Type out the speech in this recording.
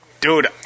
Dude